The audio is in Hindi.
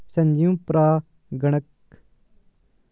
सजीव परागणक में मधुमक्खी, मक्खी, तितलियां, पक्षी तथा अन्य जीव आते हैं